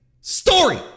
Story